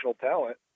talent